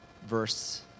verse